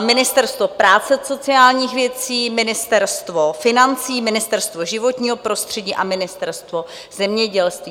Ministerstvo práce a sociálních věcí, Ministerstvo financí, Ministerstvo životního prostředí a Ministerstvo zemědělství.